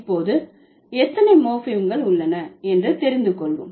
இப்போது எத்தனை மோர்ப்பிகள் உள்ளன என்று தெரிந்து கொள்வோம்